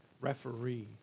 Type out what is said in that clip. referee